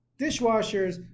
dishwashers